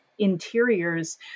Interiors